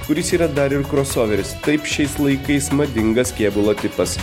kuris yra dar ir krosoveris taip šiais laikais madingas kėbulo tipas